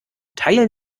teilen